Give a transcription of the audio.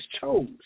chose